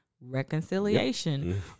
reconciliation